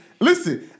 Listen